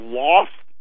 lost